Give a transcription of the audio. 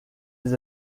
des